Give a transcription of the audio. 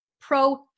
pro